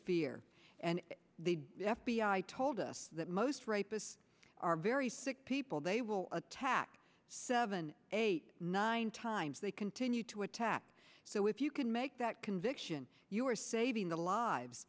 fear and the f b i told us that most rapists are very sick people they will attack seven eight nine times they continue to attack so if you can make that conviction you are saving the lives